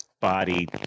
body